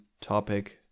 topic